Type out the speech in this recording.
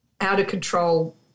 out-of-control